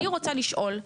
אני רוצה לשאול,